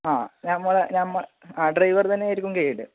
ആ ഞങ്ങളുടെ ആ ഡ്രൈവർ തന്നെയായിരിക്കും ഗെയ്ഡ്